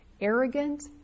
arrogant